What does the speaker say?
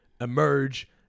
emerge